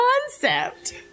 concept